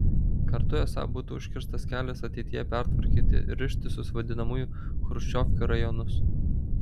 kartu esą būtų užkirstas kelias ateityje pertvarkyti ir ištisus vadinamųjų chruščiovkių rajonus